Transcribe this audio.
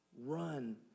run